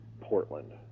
Portland